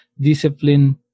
discipline